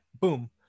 boom